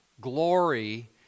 glory